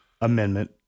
amendment